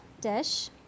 dish